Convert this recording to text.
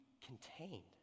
contained